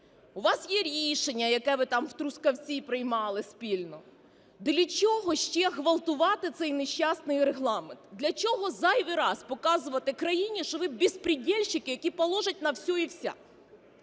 у вас є рішення, яке ви там в Трускавці приймали спільно. Для чого ще ґвалтувати цей нещасний Регламент? Для чого зайвий раз показувати країні, що ви беспредельщики, які положать на все и вся?